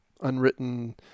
unwritten